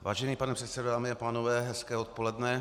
Vážený pane předsedo, dámy a pánové, hezké odpoledne.